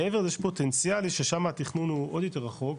מעבר יש פוטנציאלי ששמה התכנון הוא עוד יותר רחוק,